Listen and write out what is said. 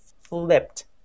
flipped